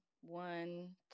one